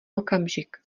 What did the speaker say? okamžik